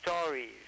stories